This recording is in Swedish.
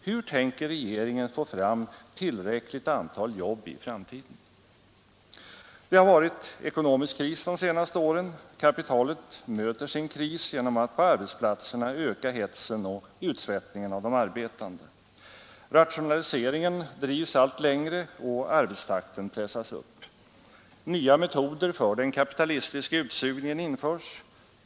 Hur tänker regeringen få fram tillräckligt antal jobb i framtiden? Det har varit ekonomisk kris de senaste åren. Kapitalet möter sin kris genom att på arbetsplatserna öka hetsen och utsvettningen av de arbetande. Rationaliseringen drivs allt längre och arbetstakten pressas upp. Nya metoder för den kapitalistiska utsugningen införs.